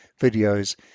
videos